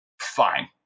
Fine